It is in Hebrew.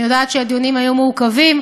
אני יודעת שהדיונים היו מעוכבים,